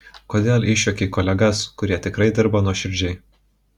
kodėl išjuokei kolegas kurie tikrai dirba nuoširdžiai